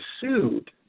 sued